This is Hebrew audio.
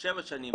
או שבע שנים,